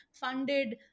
funded